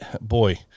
boy